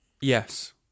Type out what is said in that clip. Yes